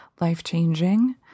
life-changing